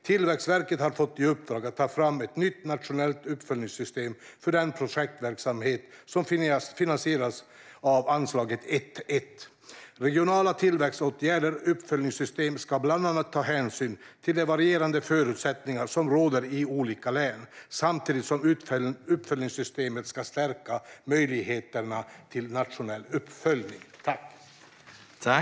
Tillväxtverket har fått i uppdrag att ta fram ett nytt nationellt uppföljningssystem för den projektverksamhet som finansieras av anslaget 1:1 Regionala tillväxtåtgärder . Uppföljningssystemet ska bland annat ta hänsyn till de varierande förutsättningar som råder i olika län samtidigt som uppföljningssystemet ska stärka möjligheterna till nationell uppföljning. Talmannen konstaterade att interpellanten inte var närvarande i kammaren och förklarade överläggningen avslutad.